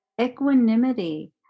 equanimity